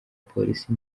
polisi